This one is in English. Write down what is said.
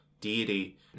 deity